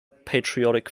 patriotic